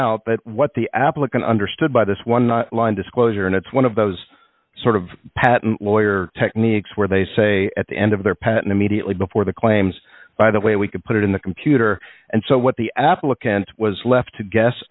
that what the applicant understood by this one line disclosure and it's one of those sort of patent lawyer techniques where they say at the end of their patent immediately before the claims by the way we could put it in the computer and so what the applicant was left to guess